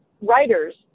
writers